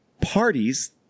parties